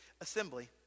assembly